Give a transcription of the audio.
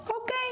okay